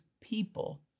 people